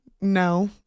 No